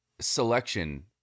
selection